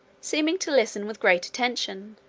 seeming to listen with great attention,